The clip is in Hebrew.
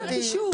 מה זה הקישור?